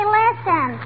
listen